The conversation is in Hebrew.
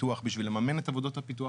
פיתוח בשביל לממן את עבודות הפיתוח.